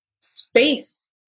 space